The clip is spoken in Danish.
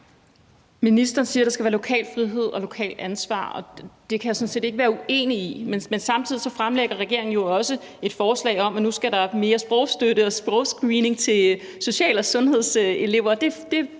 Ministeren siger, at der skal være lokal frihed og lokalt ansvar, og det kan jeg sådan set ikke være uenig i. Men samtidig fremlægger regeringen jo også et forslag om, at nu skal der mere sprogstøtte og sprogscreening til social- og sundhedselever.